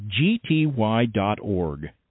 gty.org